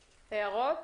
הערות?